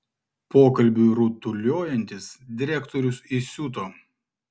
pokalbiui rutuliojantis direktorius įsiuto